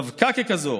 דווקא ככזאת,